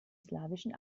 slawischen